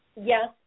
yes